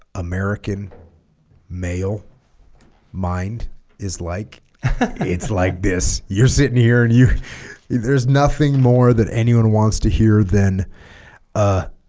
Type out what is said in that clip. american male mind is like it's like this you're sitting here and you there's nothing more that anyone wants to hear than a